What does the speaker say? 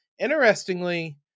Interestingly